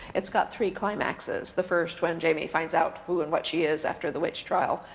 it's got three climaxes. the first when jamie finds out who and what she is after the witch trial,